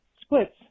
splits